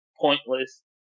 pointless